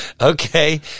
okay